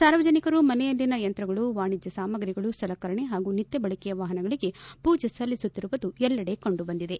ಸಾರ್ವಜನಿಕರು ಮನೆಯಲ್ಲಿನ ಯಂತ್ರಗಳು ವಾಣಿಜ್ಯ ಸಾಮಗ್ರಿಗಳು ಸಲಕರಣೆ ಹಾಗೂ ನಿತ್ಯ ಬಳಕೆಯ ವಾಹನಗಳಿಗೆ ಪೂಜೆ ಸಲ್ಲಿಸುತ್ತಿರುವುದು ಎಲ್ಲೆಡೆ ಕಂಡುಬಂದಿದೆ